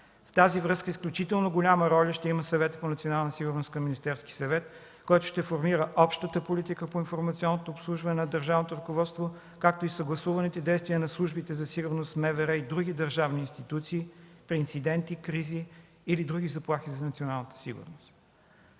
В тази връзка изключително голяма роля ще има Съветът по национална сигурност към Министерския съвет, който ще формира общата политика по информационното обслужване на държавното ръководство, както и съгласуваните действия на службите за сигурност, МВР и други държавни институции при инциденти, кризи или други заплахи за националната сигурност.